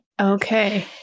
Okay